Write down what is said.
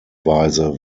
weise